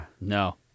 No